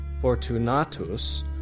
Fortunatus